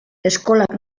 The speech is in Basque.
eskolak